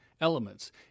elements